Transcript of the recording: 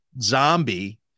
zombie